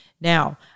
Now